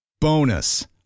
Bonus